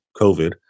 COVID